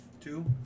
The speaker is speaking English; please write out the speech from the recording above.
Two